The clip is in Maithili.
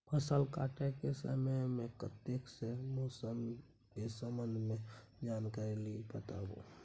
फसल काटय के समय मे कत्ते सॅ मौसम के संबंध मे जानकारी ली बताबू?